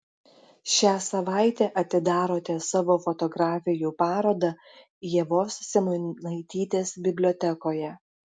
šią savaitę atidarote savo fotografijų parodą ievos simonaitytės bibliotekoje